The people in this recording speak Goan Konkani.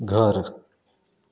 घर